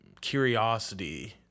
curiosity